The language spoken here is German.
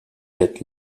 wird